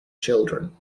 children